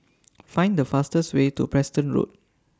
Find The fastest Way to Preston Road